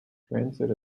transit